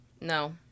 No